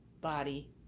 body